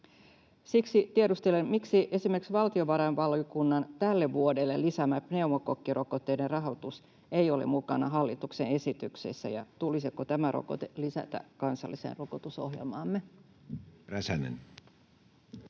Siksi tiedustelen: Miksi esimerkiksi valtiovarainvaliokunnan tälle vuodelle lisäämä pneumokokkirokotteiden rahoitus ei ole mukana hallituksen esityksessä? Tulisiko tämä rokote lisätä kansalliseen rokotusohjelmaamme?